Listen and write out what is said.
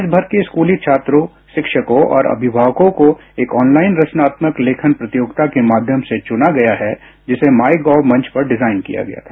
देश मर के स्कूली छात्रों शिक्षकी और अभिमावकों को एक ऑन लाइन रचनात्मक लेखन प्रतियोगिता के माध्यम से चुना गया है जिसे माई गॉव मंच पर डिंजाइन किया गया था